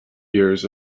years